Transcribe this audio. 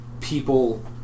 people